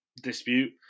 dispute